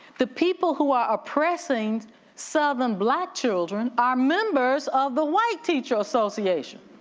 the people who are oppressing southern black children are members of the white teacher association.